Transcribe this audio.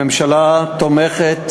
הממשלה תומכת